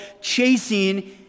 chasing